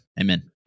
Amen